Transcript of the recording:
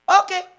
Okay